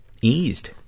eased